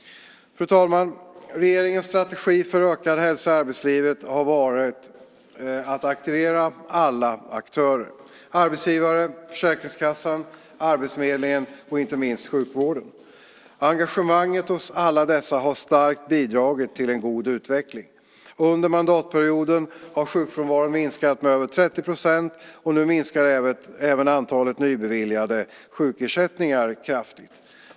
Fru talman! Regeringens strategi för ökad hälsa i arbetslivet har varit att aktivera alla aktörer - arbetsgivare, Försäkringskassan, arbetsförmedlingen och inte minst sjukvården. Engagemanget hos alla dessa har stark bidragit till en god utveckling. Under mandatperioden har sjukfrånvaron minskat med över 30 % och nu minskar även antalet nybeviljade sjukersättningar kraftigt.